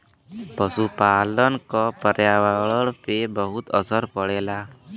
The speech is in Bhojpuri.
पसुपालन क पर्यावरण पे बहुत असर पड़ेला